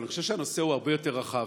אבל אני חושב שהנושא הוא הרבה יותר רחב,